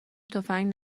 تفنگ